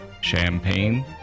champagne